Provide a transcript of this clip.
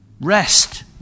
Rest